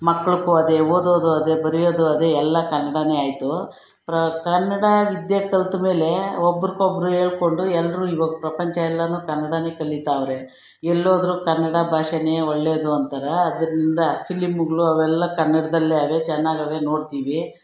ಮಕ್ಕಳ್ಗೂ ಅದೇ ಓದೋದು ಅದೇ ಬರಿಯೋದು ಅದೇ ಎಲ್ಲ ಕನ್ನಡನೇ ಆಯಿತು ಪ್ರ ಕನ್ನಡ ವಿದ್ಯೆ ಕಲ್ತ್ಮೇಲೆ ಒಬ್ರಗ್ ಒಬ್ರು ಹೇಳ್ಕೊಂಡು ಎಲ್ಲರೂ ಈವಾಗ ಪ್ರಪಂಚ ಎಲ್ಲಾನು ಕನ್ನಡನೇ ಕಲೀತಾವ್ರೆ ಎಲ್ಲೋದ್ರೂ ಕನ್ನಡ ಭಾಷೇನೇ ಒಳ್ಳೇದು ಅಂತಾರೆ ಅದರಿಂದ ಫಿಲಿಮುಗಳು ಅವೆಲ್ಲ ಕನ್ನಡದಲ್ಲೇ ಅವೇ ಚೆನ್ನಾಗವೆ ನೋಡ್ತೀವಿ